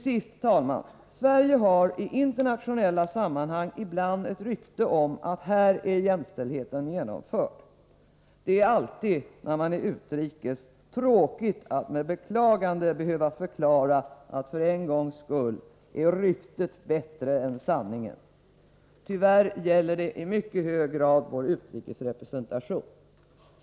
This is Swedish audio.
Herr talman! Sverige har i internationella sammanhang ibland rykte om sig att jämställdheten här skulle vara genomförd. Det är när man är utrikes alltid tråkigt att med beklagande behöva förklara att ryktet för en gångs skull är bättre än sanningen. Tyvärr gäller detta i mycket hög grad vår utrikesrepresentation.